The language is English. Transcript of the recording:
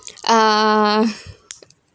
uh